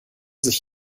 sich